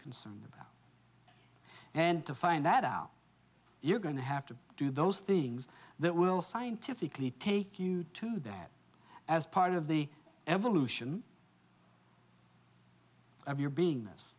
concerned about and to find that out you're going to have to do those things that will scientifically take you to that as part of the evolution of your being